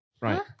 Right